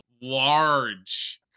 large